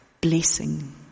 blessing